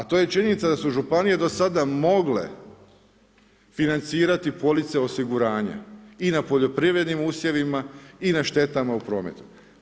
A to je činjenica da su županije do sada mogle financirati police osiguranja i na poljoprivrednim usjevima i na štetama u prometu.